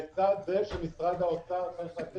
כדי שלא יקשו